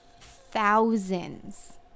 thousands